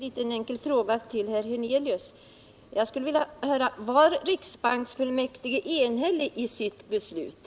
Herr talman! Jag har en liten fråga till herr Hernelius: Var riksbanksfullmäktiges beslut enhälligt?